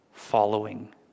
Following